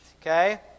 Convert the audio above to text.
Okay